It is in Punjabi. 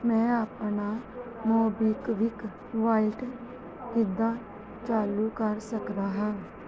ਮੈਂ ਆਪਣਾ ਮੋਬੀਕਵਿਕ ਵਾਲਿਟ ਕਿੱਦਾ ਚਾਲੂ ਕਰ ਸਕਦਾ ਹਾਂ